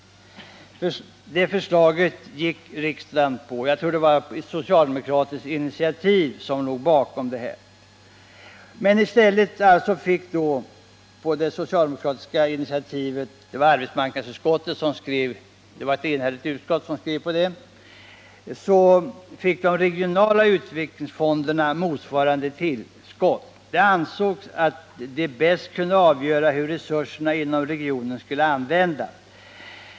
Det förslaget gick riksdagen på socialdemokratiskt initiativ emot — arbetsmarknadsutskottet var enhälligt på den punkten. I stället fick de regionala utvecklingsfonderna motsvarande tillskott. Det ansågs att de bäst kunde avgöra hur resurserna inom regionen skulle användas.